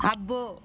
అబ్బో